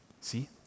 See